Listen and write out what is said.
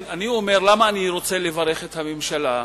אני אומר, למה אני רוצה לברך את הממשלה?